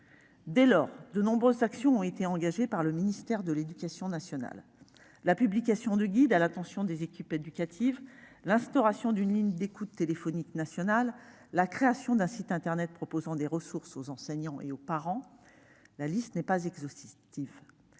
avancées. De nombreuses actions ont été engagées par le ministère de l'éducation nationale : la publication de guides à l'attention des équipes éducatives, l'instauration d'une ligne d'écoute téléphonique nationale, la création d'un site internet proposant des ressources aux enseignants et aux parents, la liste n'étant pas exhaustive